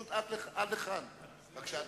שואל, רוני.